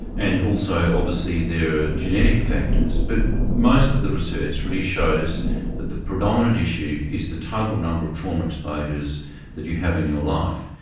and also obviously there are genetic factors. but most of the research really shows that the predominant issue is the total number of trauma exposures that you have in your life.